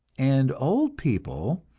and old people,